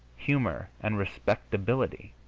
humor and respectability,